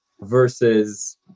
versus